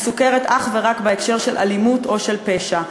מסוקרת אך ורק בהקשר של אלימות ופשע,